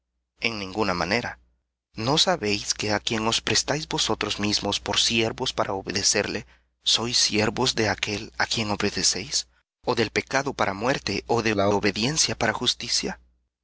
en ninguna manera no sabéis que á quien os prestáis vosotros mismos por siervos para obedecer sois siervos de aquel á quien obedecéis ó del pecado para muerte ó de la obediencia para justicia